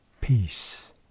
Peace